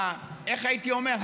איך הייתי אומר,